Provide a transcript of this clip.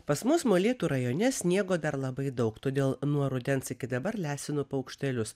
pas mus molėtų rajone sniego dar labai daug todėl nuo rudens iki dabar lesinu paukštelius